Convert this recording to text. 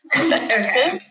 okay